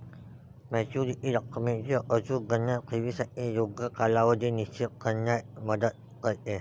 maturity रकमेची अचूक गणना ठेवीसाठी योग्य कालावधी निश्चित करण्यात मदत करते